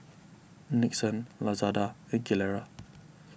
Nixon Lazada and Gilera